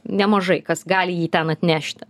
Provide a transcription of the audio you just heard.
nemažai kas gali jį ten atnešti